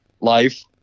life